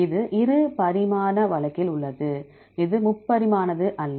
இது இரு பரிமாண வழக்கில் உள்ளது இது முப்பரிமாணமானது அல்ல